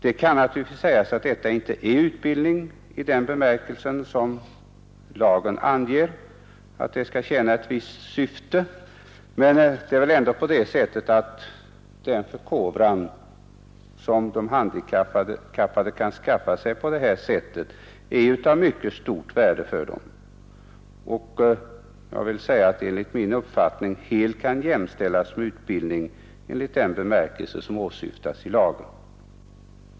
Det kan naturligtvis sägas att detta inte är utbildning i den i lagen angivna bemärkelsen, nämligen att verksamheten skall tjäna ett visst syfte, men det är väl ändå så att den förkovran som de handikappade på det här sättet får möjligheter till är av mycket stort värde för dem. Den borde därför enligt min uppfattning helt kunna jämställas med utbildning i den bemärkelse som åsyftas i lagen.